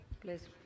Please